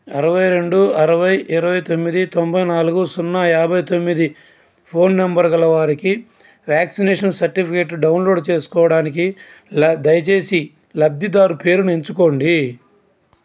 అరవై రెండు అరవై ఇరవై తొమ్మిది తొంభై నాలుగు సున్నా యాభై తొమ్మిది ఫోన్ నంబర్ గలవారికి వ్యాక్సినేషన్ సర్టిఫికేట్ డౌన్లోడ్ చేసుకోడానికి దయచేసి లబ్ధిదారు పేరుని ఎంచుకోండి